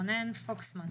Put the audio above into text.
רונן פוקסמן,